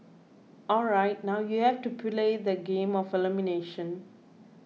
alright now you have to play the game of elimination